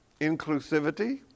inclusivity